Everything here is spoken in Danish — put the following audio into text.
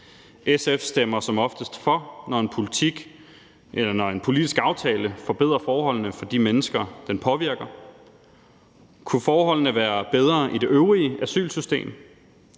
SF stemmer som oftest for, når en politisk aftale forbedrer forholdene for de mennesker, den påvirker. Kunne forholdene være bedre i det øvrige asylsystem?